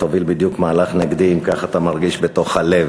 תוביל בדיוק מהלך נגדי אם כך אתה מרגיש בתוך הלב.